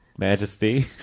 majesty